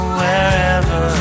wherever